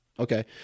Okay